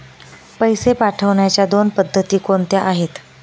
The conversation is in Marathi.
पैसे पाठवण्याच्या दोन पद्धती कोणत्या आहेत?